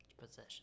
possession